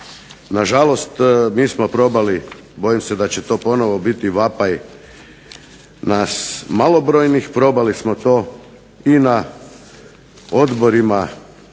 Na žalost mi smo probali bojim se da će to biti ponovno vapaj malobrojnih, probali smo to i na odborima